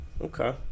Okay